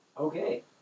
Okay